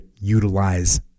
utilize